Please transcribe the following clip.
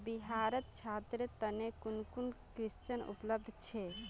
बिहारत छात्रेर तने कुन कुन ऋण उपलब्ध छे